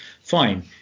fine